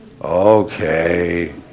okay